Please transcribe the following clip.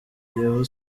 kiyovu